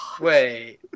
Wait